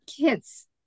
kids